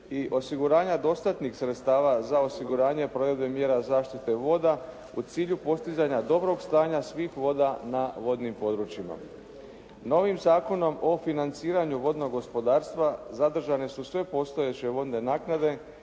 i osiguranja dostatnih sredstava za osiguranje provedbe mjera zaštite voda u cilju postizanja dobrog stanja svih voda na vodnim područjima. Novim Zakonom o financiranju vodnog gospodarstva zadržane su sve postojeće vodne naknade